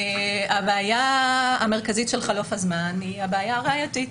הבעיה המרכזית של חלוף הזמן היא הבעיה הראייתית.